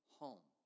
home